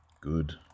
Good